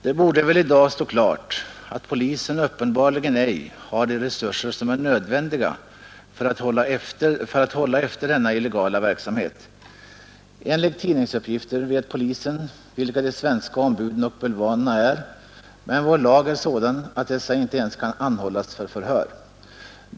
Det borde väl i dag stå klart att polisen uppenbarligen ej har de resurser som är nödvändiga för att hålla efter denna illegala verksamhet. Enligt tidningsuppgifter vet polisen vilka de svenska ombuden och bulvanerna är, men vår lag är sådan att dessa inte ens kan anhållas för förhör.